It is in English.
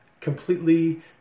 Completely